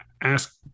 ask